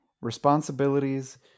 Responsibilities